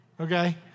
Okay